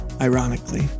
ironically